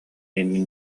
иннин